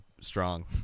strong